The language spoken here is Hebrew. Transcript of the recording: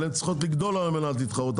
אבל הן צריכות לגדול על מנת להתחרות.